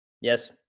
Yes